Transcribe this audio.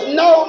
no